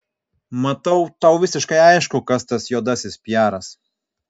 matau tau visiškai aišku kas tas juodasis piaras